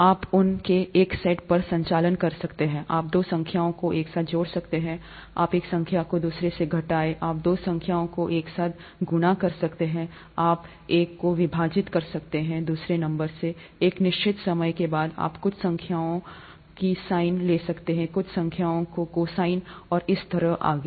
आप उन के एक सेट पर संचालन कर सकते हैं आप दो संख्याओं को एक साथ जोड़ सकते हैं आप एक संख्या को दूसरे से घटाएं आप दो संख्याओं को एक साथ गुणा कर सकते हैं आप एक को विभाजित कर सकते हैं दूसरे नंबर से एक निश्चित समय के बाद आप कुछ संख्याओं की साइन ले सकते हैं कुछ संख्याओं के कोसाइन और इसी तरह आगे